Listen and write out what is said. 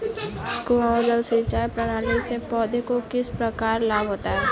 कुआँ जल सिंचाई प्रणाली से पौधों को किस प्रकार लाभ होता है?